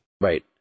Right